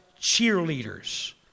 cheerleaders